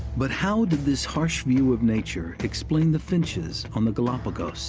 but how did this harsh view of nature explain the finches on the galapagos